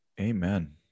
Amen